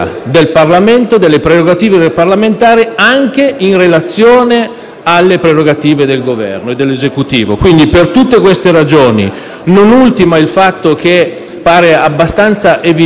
non ultimo il fatto che pare abbastanza evidente che questo sistema con i nuovi numeri (400 deputati e 200 senatori) previsti nella legge costituzionale